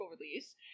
release